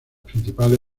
principales